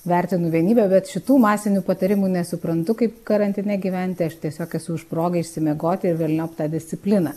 vertinu vienybę bet šitų masinių patarimų nesuprantu kaip karantine gyventi aš tiesiog esu už progą išsimiegoti ir velniop tą discipliną